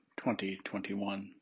2021